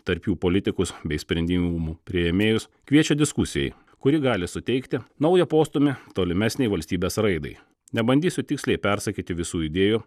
tarp jų politikus bei sprendimų priėmėjus kviečia diskusijai kuri gali suteikti naują postūmį tolimesnei valstybės raidai nebandysiu tiksliai persakyti visų idėjų